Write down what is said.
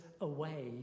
away